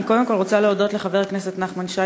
אני קודם כול רוצה להודות לחבר הכנסת נחמן שי,